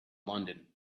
london